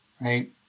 right